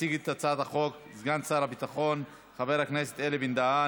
יציג את הצעת החוק סגן שר הביטחון חבר הכנסת אלי בן-דהן.